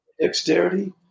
dexterity